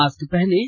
mask पहनें